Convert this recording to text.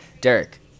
Derek